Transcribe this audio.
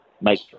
make